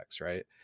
right